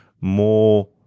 more